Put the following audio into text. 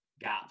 gap